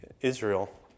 Israel